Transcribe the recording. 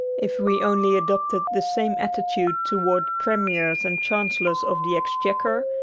if we only adopted the same attitude towards premiers and chancellors of the exchequer,